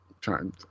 Trying